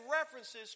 references